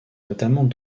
notamment